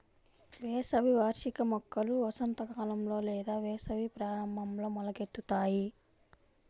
వేసవి వార్షిక మొక్కలు వసంతకాలంలో లేదా వేసవి ప్రారంభంలో మొలకెత్తుతాయి